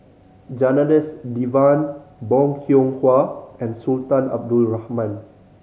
Janadas Devan Bong Hiong Hwa and Sultan Abdul Rahman